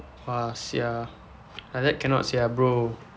!wah! sia like that cannot sia bro